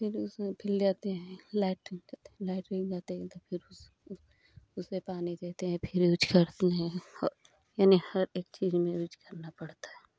फिर उसे फिर लाते हैं लेट्रिंग लेट्रिंग जाते हैं तो फिर उसमें पानी देते हैं फिर यूज़ करते है यानी हर एक चीज़ में यूज़ करना पड़ता है